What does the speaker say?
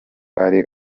ari